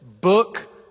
book